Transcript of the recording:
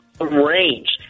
arranged